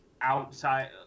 outside